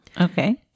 Okay